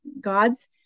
God's